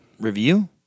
review